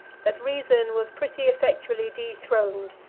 that reason was pretty effectually dethroned,